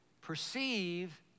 perceive